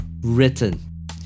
written